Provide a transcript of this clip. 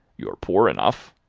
you're poor enough.